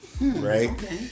right